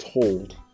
told